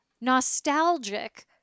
nostalgic